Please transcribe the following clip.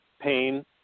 pain